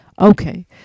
okay